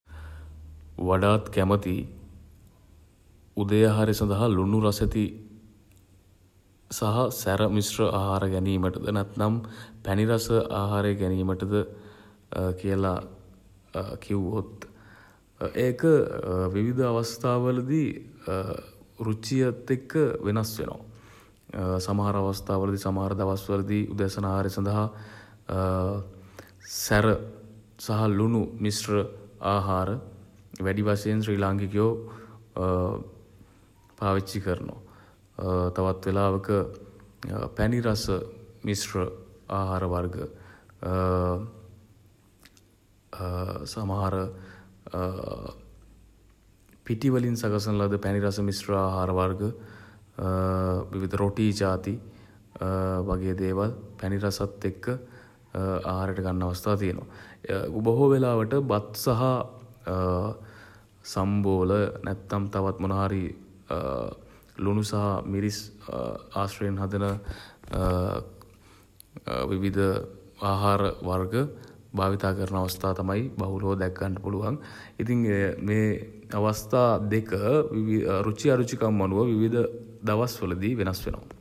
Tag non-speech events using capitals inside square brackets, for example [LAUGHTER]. වඩාත් කැමති [HESITATION] උදේ ආහාරය සඳහා ලුණු රසැති [HESITATION] සහ [HESITATION] සැර මිශ්‍ර ආහාර ගැනීමටද නැත්නම් [HESITATION] පැණි රස ආහාර ගැනීමටද [HESITATION] කියලා කිව්වොත් [HESITATION] ඒක විවිධ අවස්ථා වලදී [HESITATION] රුචියත් එක්ක [HESITATION] වෙනස් වෙනවා. [HESITATION] සමහර අවස්ථා වලදී [HESITATION] සමහර දවස් වලදී උදෑසන ආහාරය සඳහා [HESITATION] සැර [HESITATION] සහ ලුණු [HESITATION] මිශ්‍ර [HESITATION] ආහාර [HESITATION] වැඩි වශයෙන් ශ්‍රී ලාංකිකයෝ [HESITATION] පාවිච්චි කරනවා. [HESITATION] තවත් වෙලාවක [HESITATION] පැණි රස [HESITATION] මිශ්‍ර [HESITATION] ආහාර වර්ග [HESITATION] සමහර [HESITATION] පිටි වලින් සකසන ලද පැණි රස මිශ්‍ර ආහාර වර්ග [HESITATION] විවිධ රොටී ජාති [HESITATION] වගේ දේවල් [HESITATION] පැණි රසත් එක්ක [HESITATION] ආහාරයට ගන්න අවස්ථා තියෙනවා. බොහෝ වෙලාවට බත් සහ [HESITATION] සම්බෝල [HESITATION] නැත්තම් තවත් මොනා හරි [HESITATION] ලුණු සහ මිරිස් [HESITATION] ආශ්‍රයෙන් හදන [HESITATION] විවිධ [HESITATION] ආහාර වර්ග [HESITATION] භාවිතා කරන අවස්ථා තමයි [HESITATION] බහුලව දැක ගන්න පුළුවන්. ඉතින් [HESITATION] මේ අවස්ථා දෙක [HESITATION] රුචි අරුචි කම් අනුව විවිධ දවස් වලදී [HESITATION] වෙනස් වෙනවා.